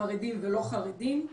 חרדים ולא חרדים,